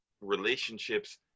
relationships